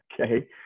okay